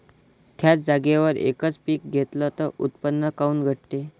थ्याच जागेवर यकच पीक घेतलं त उत्पन्न काऊन घटते?